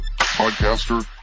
podcaster